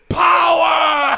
power